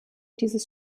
dieses